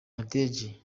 nadege